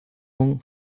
von